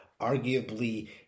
Arguably